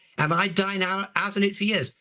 um i die now out on it for years.